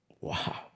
Wow